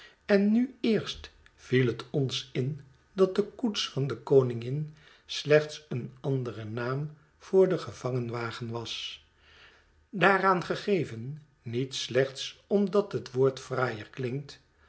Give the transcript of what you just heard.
en nu eerst viel het ons in dat de koets van de koningin slechts een andere naam voor den gevangen wagen was daaraan gegeven niet slechts omdat het woord fraaier